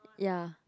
ya